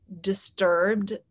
disturbed